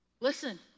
listen